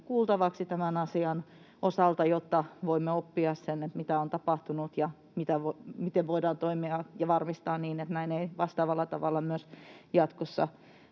kuultavaksi tämän asian osalta, jotta voimme oppia siitä, mitä on tapahtunut ja miten voidaan toimia ja varmistaa, että näin ei vastaavalla tavalla jatkossa